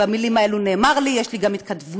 במילים האלה נאמר לי, יש לי גם התכתבויות,